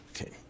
Okay